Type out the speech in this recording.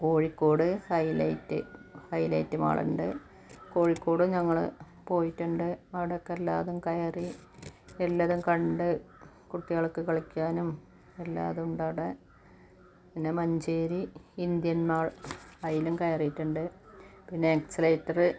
Kozhikode Hilite Hilite മാളുണ്ട് കോഴിക്കോട് ഞങ്ങള് പോയിട്ടുണ്ട് അപ്പോള് അവടെയൊക്കെയെല്ലായിടവും കയറി എല്ലാതും കണ്ട് കുട്ടികൾക്ക് കളിക്കാനും എല്ലാതും ഉണ്ടവിടെ പിന്നെ മഞ്ചേരി ഇന്ത്യൻ മാൾ അതിലും കയറിയിട്ടുണ്ട്